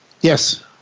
Yes